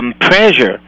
pressure